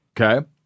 Okay